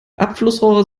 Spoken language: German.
abflussrohre